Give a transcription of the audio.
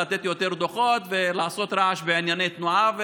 לתת יותר דוחות ולעשות רעש בענייני תנועה.